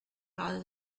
rather